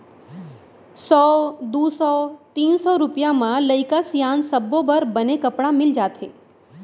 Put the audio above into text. सौ, दू सौ, तीन सौ रूपिया म लइका सियान सब्बो बर बने कपड़ा मिल जाथे